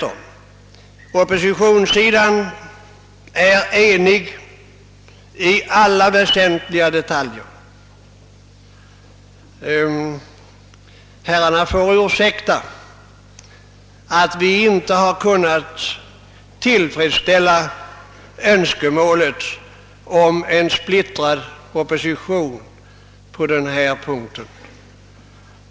Oppositionssidan är tvärtom enig i alla väsentliga detaljer — herrarna får ursäkta att vi inte har kunnat tillfredsställa önskemålet om en splittrad opposition på denna punkt.